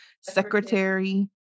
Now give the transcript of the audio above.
secretary